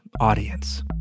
audience